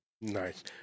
Nice